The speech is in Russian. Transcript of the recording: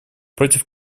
против